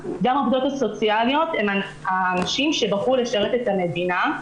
גם עובדות סוציאליות בחרו לשרת את המדינה,